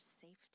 safety